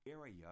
area